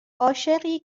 عاشقی